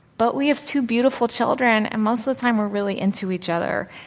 but we have two beautiful children, and most of the time we're really into each other.